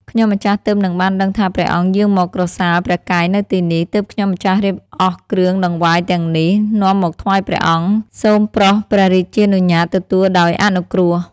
ខ្ញុំម្ចាស់ទើបនឹងបានដឹងថា ព្រះអង្គយាងមកក្រសាលព្រះកាយនៅទីនេះ ទើបខ្ញុំម្ចាស់រៀបអស់គ្រឿងដង្វាយទាំងនេះ នាំមកថ្វាយព្រះអង្គ សូមប្រោសព្រះរាជានុញ្ញាតទទួលដោយអនុគ្រោះ ។